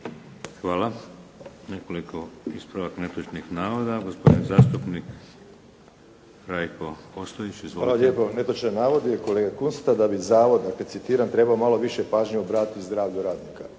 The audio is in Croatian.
Hvala. Nekoliko ispravaka netočnih navoda. Gospodin zastupnik Rajko Ostojić. **Ostojić, Rajko (SDP)** Hvala lijepo. Netočan navod je kolega Kunst da bi zavod citiram, "trebao malo više pažnje obratiti zdravlju radnika".